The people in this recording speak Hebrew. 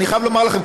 אני חייב לומר לכם,